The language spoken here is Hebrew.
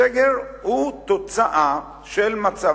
הסגר הוא תוצאה של מצב,